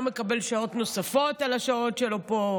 לא מקבל שעות נוספות על השעות שלו פה.